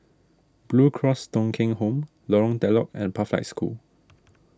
Blue Cross Thong Kheng Home Lorong Telok and Pathlight School